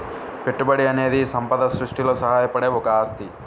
పెట్టుబడి అనేది సంపద సృష్టిలో సహాయపడే ఒక ఆస్తి